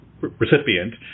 recipient